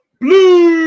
blue